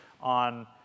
on